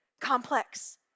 complex